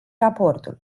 raportul